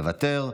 מוותר,